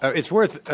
ah it's worth ah